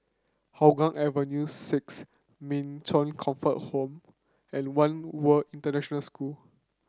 Hougang Avenue Six Min Chong Comfort Home and One World International School